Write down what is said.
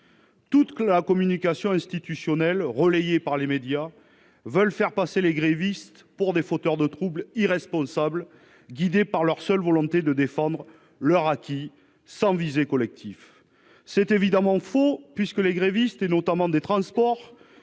Toute la communication institutionnelle, relayée par les médias, tend à faire passer les grévistes pour des fauteurs de troubles irresponsables, guidés par la seule volonté de défendre leurs acquis, sans visée collective. C'est évidemment faux : les grévistes, notamment dans les transports-